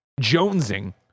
jonesing